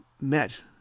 met